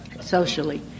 socially